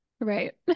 Right